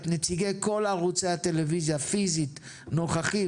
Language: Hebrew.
נרצה את נציגי כל ערוצי הטלוויזיה פיזית נוכחים